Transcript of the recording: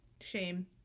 shame